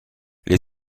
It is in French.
les